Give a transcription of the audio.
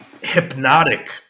hypnotic